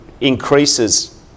increases